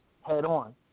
head-on